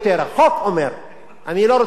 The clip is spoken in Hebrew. אני לא רוצה לתבוע אותך בעוד שנה,